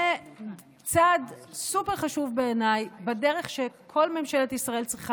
זה צעד סופר-חשוב בעיניי בדרך שכל ממשלת ישראל צריכה